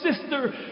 sister